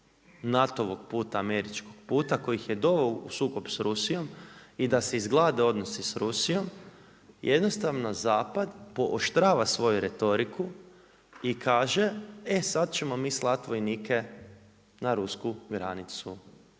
NATO-ovo puta američkog puta koji ih je doveo u sukob s Rusijom i da se izglade odnosi sa Rusijom, jednostavno zapad pooštrava svoju retoriku i kaže e sada ćemo slati vojnike na rusku granicu.